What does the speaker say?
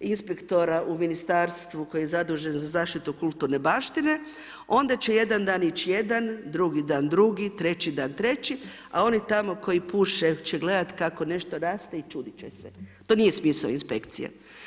inspektora u ministarstvu koje je je zaduženo za zaštitu kulturne baštine, onda će jedan dan ići jedan, drugi dan drugi, treći dan treći a oni tamo koji puše će gledati kako nešto raste i čudit će se, to nije smisao inspekcije.